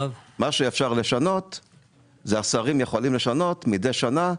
מה שהשרים יכולים לשנות, מדי שנה,